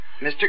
Mr